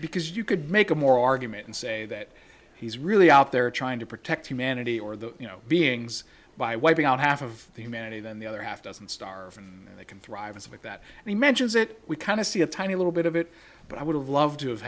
because you could make a moral argument and say that he's really out there trying to protect humanity or the you know beings by wiping out half of the humanity then the other half doesn't starve and they can thrive is about that and he mentions it we kind of see a tiny little bit of it but i would have loved to have